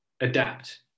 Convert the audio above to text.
adapt